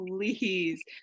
please